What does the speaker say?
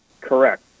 Correct